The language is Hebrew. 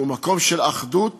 שהוא מקום של אחדות